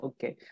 Okay